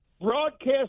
Broadcast